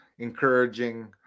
encouraging